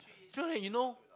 so like you know